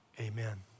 amen